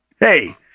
hey